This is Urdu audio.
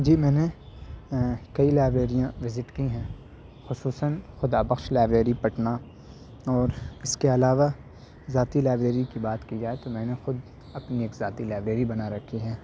جی میں نے کئی لائبریریاں وزٹ کی ہیں خصوصاً خدا بخش لائبریری پٹنہ اور اس کے علاوہ ذاتی لائبریری کی بات کی جائے تو میں نے خود اپنی ایک ذاتی لائبریری بنا رکھی ہیں